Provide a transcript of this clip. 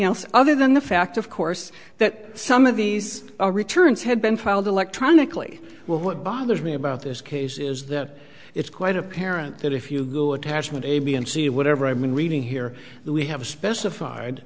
else other than the fact of course that some of these returns had been filed electronically well what bothers me about this case is that it's quite apparent that if you go attachment a b and c whatever i've been reading here we have specified